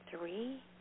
three